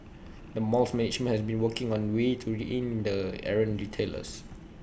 the mall's management has also been working on ways to rein in errant retailers